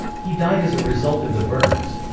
he died as a result of the burns.